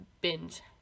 binge